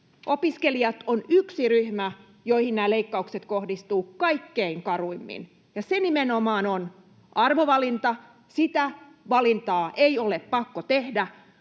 Opiskelijat ovat yksi ryhmä, joihin nämä leikkaukset kohdistuvat kaikkein karuimmin, ja se nimenomaan on arvovalinta. Sitä valintaa ei ole pakko tehdä,